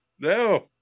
No